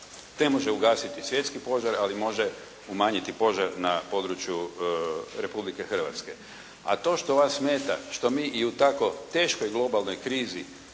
ne može ugasiti svjetski požar ali može umanjiti požar na području Republike Hrvatske. A to što vas smeta što mi i u tako teškoj globalnoj krizi